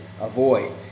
avoid